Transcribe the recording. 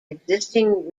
existing